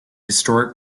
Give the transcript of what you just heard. historic